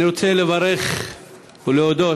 אני רוצה לברך ולהודות,